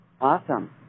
Awesome